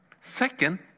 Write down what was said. Second